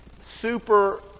super